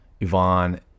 yvonne